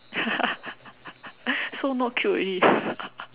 so not cute already